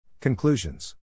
Conclusions